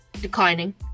declining